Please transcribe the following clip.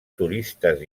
turistes